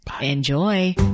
Enjoy